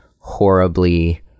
horribly